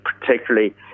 particularly